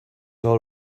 all